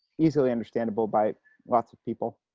easily understandable by lots of people.